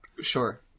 Sure